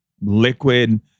liquid